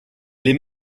les